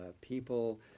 people